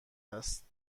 است